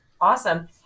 Awesome